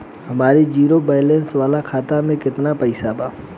हमार zero balance वाला खाता में केतना पईसा बा?